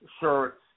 shirts